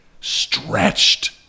stretched